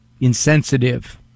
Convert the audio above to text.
insensitive